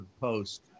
post